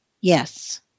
yes